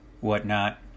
whatnot